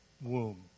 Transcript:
womb